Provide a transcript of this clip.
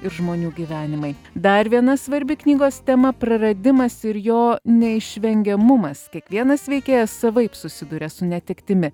ir žmonių gyvenimai dar viena svarbi knygos tema praradimas ir jo neišvengiamumas kiekvienas veikėjas savaip susiduria su netektimi